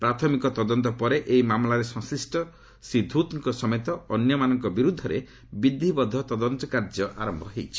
ପ୍ରାଥମିକ ତଦନ୍ତ ପରେ ଏହି ମାମଲାରେ ସଂଶ୍ରିଷ୍ଟ ଶୀ ଧ୍ରତ୍କ ସମେତ ଅନ୍ୟମାନଙ୍କ ବିରୁଦ୍ଧରେ ବିଧୂବଦ୍ଧ ତଦନ୍ତକାର୍ଯ୍ୟ ଆରମ୍ଭ ହୋଇଛି